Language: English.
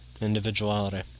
Individuality